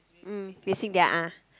mm facing their ah